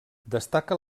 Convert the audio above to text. destaca